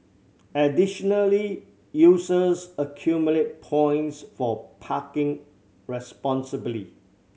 additionally users accumulate points for parking responsibly